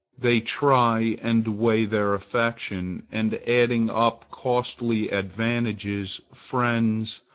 they try and weigh their affection, and adding up costly advantages, friends,